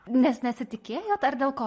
nes nesitikėjot ar dėl ko